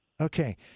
Okay